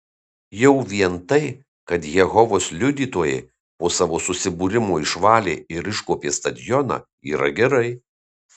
jau vien tai kad jehovos liudytojai po savo susibūrimo išvalė ir iškuopė stadioną yra gerai